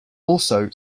also